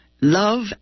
Love